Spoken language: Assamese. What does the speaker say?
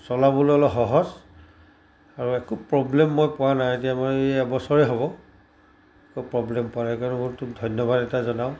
চলাবলৈ অলপ সহজ আৰু একো প্ৰবলেম মই পোৱা নাই এতিয়া মই এবছৰেই হ'ব একো প্ৰবলেম পোৱা নাই সেইকাৰণে ক তোক ধন্যবাদ এটা জনাওঁ